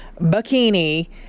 bikini